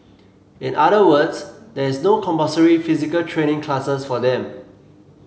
in other words there is no compulsory physical training classes for them